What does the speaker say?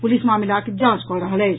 police मामिलाक जांच कऽ रहल अछि